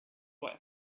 way